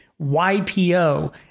YPO